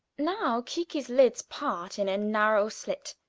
now kiki's lids part in a narrow slit,